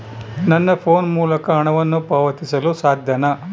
ನನ್ನ ಫೋನ್ ಮೂಲಕ ಹಣವನ್ನು ಪಾವತಿಸಲು ಸಾಧ್ಯನಾ?